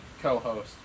co-host